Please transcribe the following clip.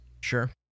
Sure